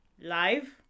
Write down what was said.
Live